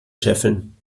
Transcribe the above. scheffeln